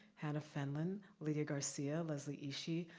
hannah fenlon, lydia garcia, leslie ishii,